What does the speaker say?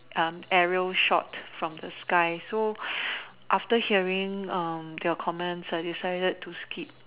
area shot from the sky so after hearing their comments I decided to skip